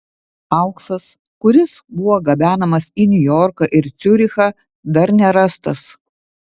auksas kuris buvo gabenamas į niujorką ir ciurichą dar nerastas